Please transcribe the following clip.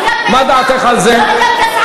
מה דעתך על זה?